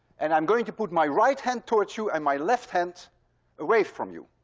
and i'm going to put my right hand towards you and my left hand away from you.